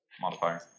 modifier